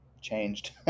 changed